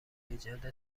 ایجاد